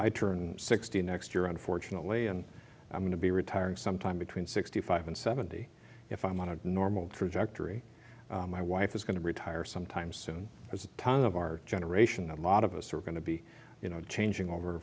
i turn sixty next year unfortunately and i'm going to be retiring sometime between sixty five and seventy if i'm on a normal trajectory my wife is going to retire some time soon as tons of our generation a lot of us are going to be you know changing over